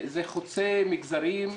זה חוצה מגזרים.